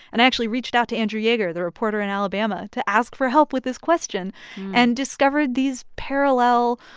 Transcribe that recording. and i actually reached out to andrew yeager, the reporter in alabama, to ask for help with this question and discovered these parallel,